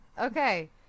Okay